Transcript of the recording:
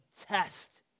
test